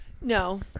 No